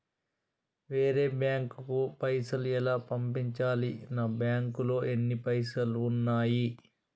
వేరే బ్యాంకుకు పైసలు ఎలా పంపించాలి? నా బ్యాంకులో ఎన్ని పైసలు ఉన్నాయి?